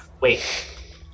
Wait